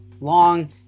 long